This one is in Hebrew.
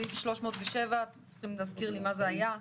סעיף 307 אתם צריכים לי מה זה היה,